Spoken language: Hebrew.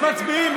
מצביעים,